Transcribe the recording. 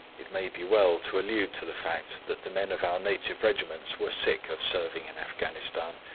it may be well to allude to the fact that the men of our native regiments were sick of serving in afghanistan,